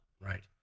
right